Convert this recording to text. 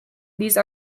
these